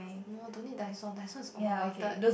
no don't need Dyson Dyson is overrated